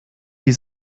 die